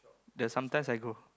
there's sometimes I go